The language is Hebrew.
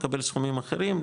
מקבל סכומים אחרים,